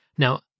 Now